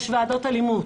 יש ועדות אלימות,